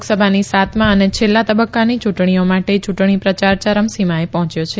લોકસભાની સાતમાં અને છેલ્લા તબકકાની યુંટણીઓ માટે ચુંટણી પ્રચાર તેની ચરમસિમાએ પહ્નેંચ્યો છે